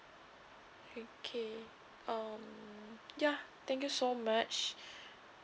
okay um ya thank you so much